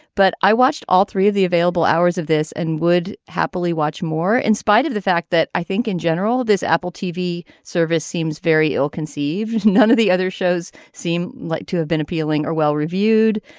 but i watched all three of the available hours of this and would happily watch more in spite of the fact that i think in general this apple tv service seems very ill conceived. none of the other shows seem like to have been appealing or well reviewed.